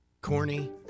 Corny